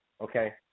okay